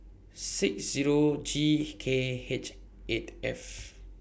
six Zero G K H eight F